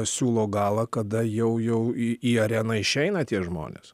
siūlo galą kada jau jau į į areną išeina tie žmonės